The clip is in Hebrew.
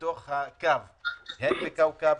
כמעט.